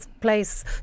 place